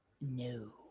No